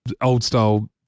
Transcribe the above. old-style